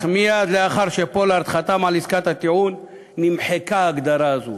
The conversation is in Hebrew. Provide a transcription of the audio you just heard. מייד לאחר שפולארד חתם על עסקת הטיעון נמחקה ההגדרה הזאת,